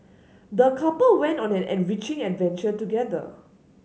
the couple went on an enriching adventure together